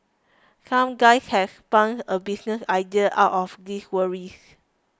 some guys have spun a business idea out of this worries